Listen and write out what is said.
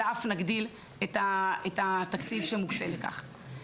אלא אף נגדיל את התקציב שמוקצה לכך.